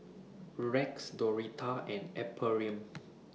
Rex Doretha and Ephriam